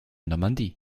normandie